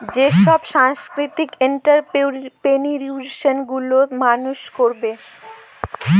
যেসব সাংস্কৃতিক এন্ট্ররপ্রেনিউরশিপ গুলো মানুষ করবে